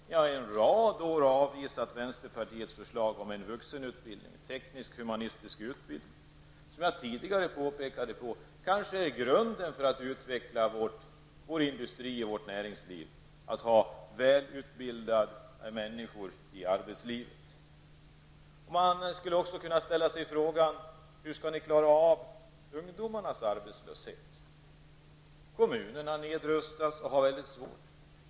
Ni har under en rad år avvisat vänsterpartiets förslag om en tekniskhumanistisk utbildning för vuxna. Som jag tidigare påpekade är kanske grunden för en utveckling av vår industri och vårt näringsliv att vi har välutbildade människor i arbetslivet. Man skulle också kunna ställa frågan: Hur skall ni klara av ungdomarnas arbetslöshet? Kommunerna nedrustas och har det väldigt svårt.